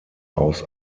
aus